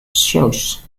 shows